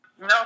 No